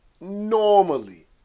normally